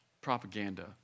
propaganda